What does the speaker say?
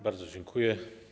Bardzo dziękuję.